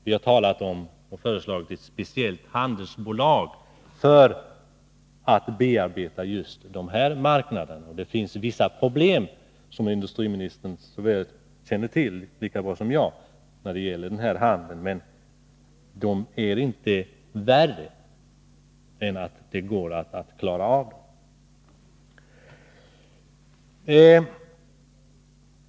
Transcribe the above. Vi har föreslagit ett speciellt handelsbolag för att bearbeta just dessa marknader. Det finns vissa problem som industriministern säkert känner till lika bra som jag när det gäller denna handel, men de är inte värre än att de går att lösa.